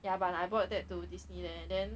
ya but I bought that to disneyland then